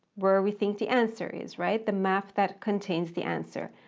where we think the answer is, right? the map that contains the answer.